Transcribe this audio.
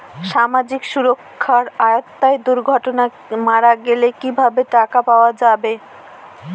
সামাজিক সুরক্ষার আওতায় দুর্ঘটনাতে মারা গেলে কিভাবে টাকা পাওয়া যাবে?